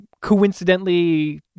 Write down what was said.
coincidentally